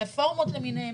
רפורמות למיניהן